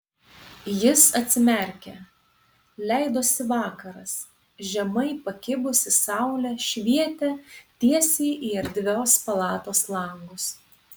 jis atsimerkė leidosi vakaras žemai pakibusi saulė švietė tiesiai į erdvios palatos langus